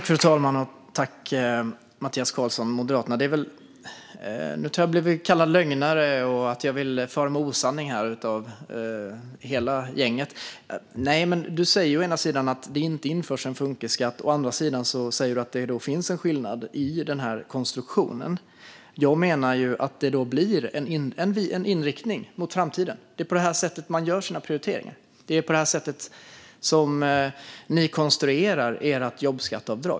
Fru talman! Tack, Mattias Karlsson från Moderaterna! Nu har jag blivit kallade lögnare av hela gänget, och det sägs att jag vill fara med osanning. Mattias Karlsson säger å ena sidan att det inte införs en funkisskatt; å andra sidan säger han att det finns en skillnad i konstruktionen. Jag menar att det blir en inriktning mot framtiden. Det är så här man gör sina prioriteringar. Det är på det här sättet ni konstruerar ert jobbskatteavdrag.